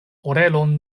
orelon